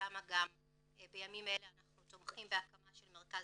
ששם גם בימים אלה אנחנו תומכים בהקמה של מרכז